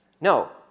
No